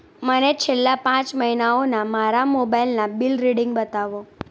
મને છેલ્લા પાંચ મહિનાઓના મારા મોબાઈલના બિલ રીડિંગ બતાવો